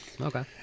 Okay